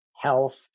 Health